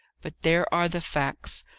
but there are the facts,